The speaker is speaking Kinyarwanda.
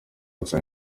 gusaba